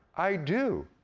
i do.